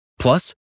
Plus